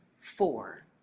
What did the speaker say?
four